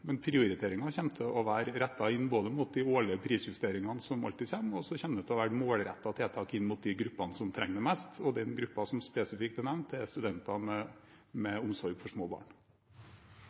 men prioriteringen kommer til å være rettet inn mot de årlige prisjusteringene som alltid kommer, og så kommer det til å være målrettede tiltak inn mot de gruppene som trenger det mest. Den gruppen som spesifikt er nevnt, er studenter med omsorg for små barn.